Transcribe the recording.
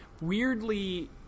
weirdly